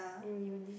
in uni